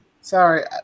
Sorry